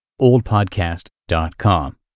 oldpodcast.com